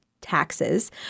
taxes